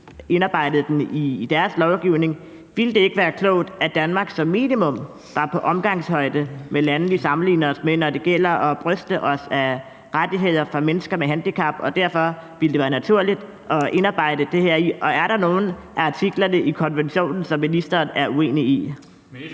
indarbejdet i lovgivningen i Tyskland. Ville det ikke være klogt, at Danmark som minimum var på omgangshøjde med lande, vi sammenligner os med, når det handler om at bryste os af rettigheder for mennesker med handicap, hvorfor det ville være naturligt at indarbejde det her? Og er der nogen af artiklerne i konventionen, som ministeren er uenig i?